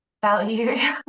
value